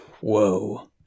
Whoa